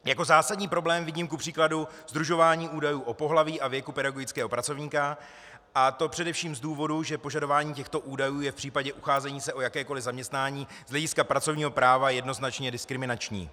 Jako zásadní problém vidím kupříkladu sdružování údajů o pohlaví a věku pedagogického pracovníka, a to především z důvodu, že požadování těchto údajů je v případě ucházení se o jakékoli zaměstnání z hlediska pracovního práva jednoznačně diskriminační.